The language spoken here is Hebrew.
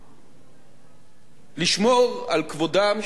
לשמור על כבודם של עובדי ציבור